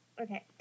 Okay